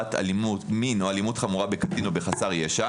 עבירת מין או אלימות חמורה בקטין או בחסר ישע